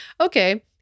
okay